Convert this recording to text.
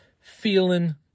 feeling